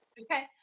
Okay